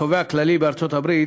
התובע הכללי של ארצות-הברית